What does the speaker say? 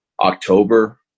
October